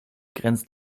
grenzt